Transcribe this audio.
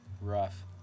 rough